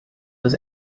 was